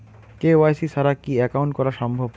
KYC ছাড়া কি account করা সম্ভব?